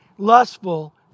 lustful